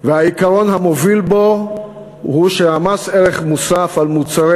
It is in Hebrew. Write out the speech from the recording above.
והעיקרון המוביל בו הוא שמס ערך מוסף על מוצרי